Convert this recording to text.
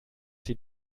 sie